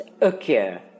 occur